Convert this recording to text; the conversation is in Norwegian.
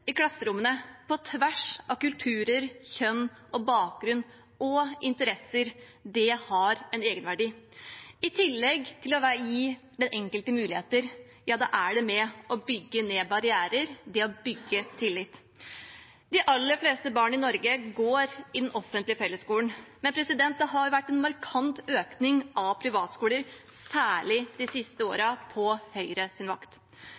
i klasserommene på tvers av kulturer, kjønn, bakgrunn og interesser har en egenverdi, i tillegg til å gi den enkelte muligheter. Det er med på å bygge ned barrierer ved å bygge tillit. De aller fleste barn i Norge går i den offentlige fellesskolen, men det har vært en markant økning av privatskoler, særlig de siste årene, på Høyres vakt.